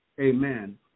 amen